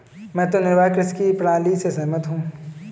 मैं तो निर्वाह कृषि की प्रणाली से सहमत हूँ